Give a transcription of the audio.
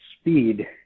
speed